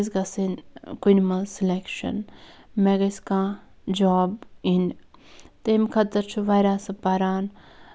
مےٚ گژھِ گژھٕنۍ کُنہِ منٛز سِلیکشَن مےٚ گژھِ کانٛہہ جاب یِنۍ تَمہِ خٲطر چھُ واریاہ سُہ پَران